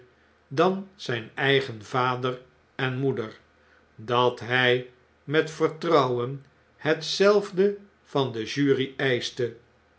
dan zgn eigen vaderenmoeder dat hy met vertrouwen hetzelfde van de jury eischte